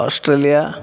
Australia